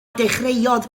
ddechreuodd